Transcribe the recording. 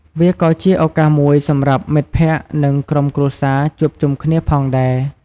វាក៏ជាឱកាសមួយសម្រាប់មិត្តភ័ក្តិ និងក្រុមគ្រួសារជួបជុំគ្នាផងដែរ។